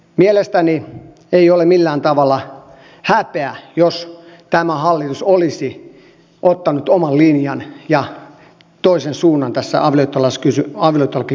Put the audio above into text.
mielestäni ei olisi millään tavalla häpeä jos tämä hallitus olisi ottanut oman linjan ja toisen suunnan tässä avioliittolakikysymyksessä